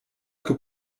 que